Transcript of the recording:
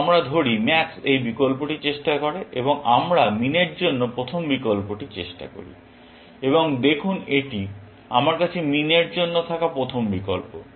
আসুন আমরা ধরি ম্যাক্স এই বিকল্পটি চেষ্টা করে এবং আমরা মিন এর জন্য প্রথম বিকল্পটি চেষ্টা করি এবং দেখুন এটি আমার কাছে মিন এর জন্য থাকা প্রথম বিকল্প